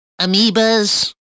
amoebas